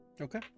Okay